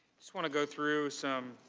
want to go through some